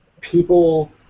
people